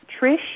Trish